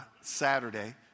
Saturday